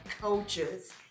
coaches